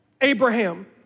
Abraham